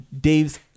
Dave's